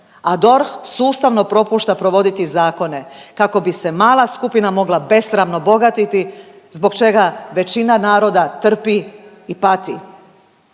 DORH sustavno propušta provoditi zakone kako bi se mala skupina mogla besramno bogatiti zbog čega većina naroda trpi i pati.